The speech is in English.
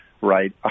right